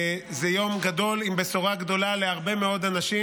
זה יום גדול, עם בשורה גדולה להרבה מאוד אנשים,